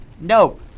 No